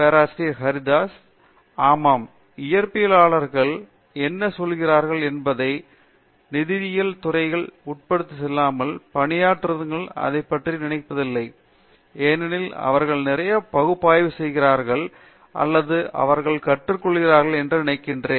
பேராசிரியர் பிரதாப் ஹரிதாஸ் ஆமாம் இயற்பியலாளர்கள் என்ன சொல்கிறார்கள் என்பதையும் நிதியியல் துறைகளால் உட்செலுத்தப்படாமல் பணியாற்றுவதைப் பற்றியும் கூட நான் நினைக்கிறேன் ஏனெனில் அவர்கள் நிறைய பகுப்பாய்வு செய்கிறார்கள் அல்லது அவர்கள் கற்றுக்கொள்வார்கள் என்று நினைக்கிறேன்